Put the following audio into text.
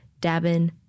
Dabin